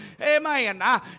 Amen